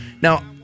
Now